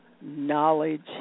knowledge